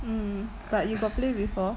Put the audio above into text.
mm but you got play before